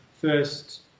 first